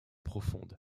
profonde